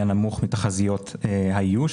היה נמוך מתחזיות האיוש